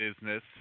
business